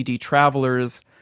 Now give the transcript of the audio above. travelers